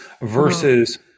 versus